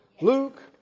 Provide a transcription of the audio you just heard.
Luke